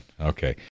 Okay